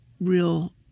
real